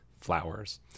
Flowers